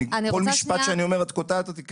כל משפט שאני אומר את קוטעת אותי.